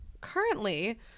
currently